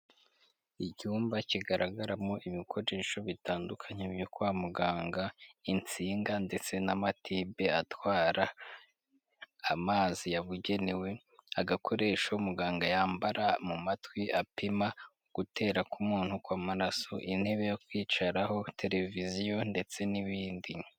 Icyumba kigaragaramo ibikoresho bitandukanye byo kwa muganga, insinga ndetse n'amatibe atwara amazi yabugenewe, agakoresho muganga yambara mu matwi apima ugutera k'umuntu kw'amaraso. Intebe yo kwicaraho, televiziyo ndetse n'ibindi.